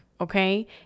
okay